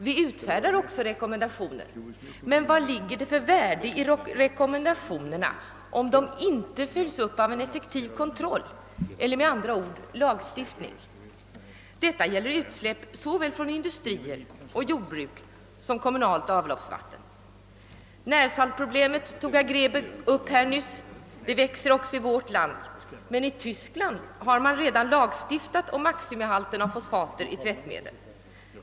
Vi utfärdar visserligen rekommendationer, men vad finns det för värde i rekommendationerna, om de inte följs upp av en effektiv kontroll eller med andra ord lagstiftning? Detta gäller utsläpp från såväl industrier som jordbruk samt kommunalt avloppsvatten. Närsaltproblemet togs nyss upp av herr Grebäck. Detta problem blir allt större i vårt land. I Tyskland har man redan lagstiftat om maximihalten av fosfater i tvättmedel.